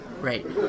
right